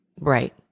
Right